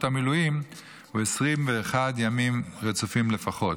המילואים הוא 21 ימים רצופים לפחות.